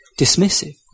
dismissive